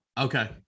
Okay